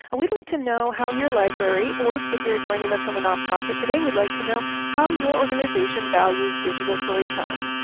like to know how your library, or if you are joining us from a nonprofit today, we'd like to know how your organization values digital storytelling.